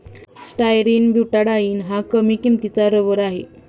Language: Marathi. स्टायरीन ब्यूटाडीन हा कमी किंमतीचा रबर आहे